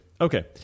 Okay